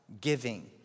giving